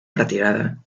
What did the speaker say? retirada